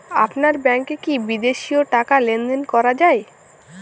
আপনার ব্যাংকে কী বিদেশিও টাকা লেনদেন করা যায়?